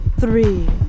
three